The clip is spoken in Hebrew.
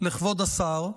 לכבוד השר,